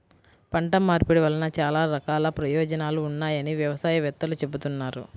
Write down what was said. పంట మార్పిడి వలన చాలా రకాల ప్రయోజనాలు ఉన్నాయని వ్యవసాయ వేత్తలు చెబుతున్నారు